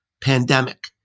pandemic